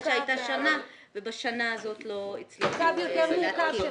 שהייתה שנה ובשנה הזאת לא הצליחו להתקין.